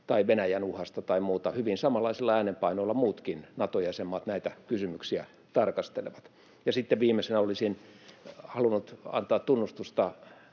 tai Venäjän uhasta tai muusta — hyvin samanlaisilla äänenpainoilla muutkin Nato-jäsenmaat näitä kysymyksiä tarkastelevat. Ja sitten viimeisenä olisin halunnut antaa tunnustusta